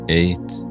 eight